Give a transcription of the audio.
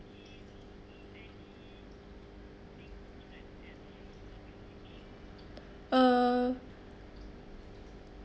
uh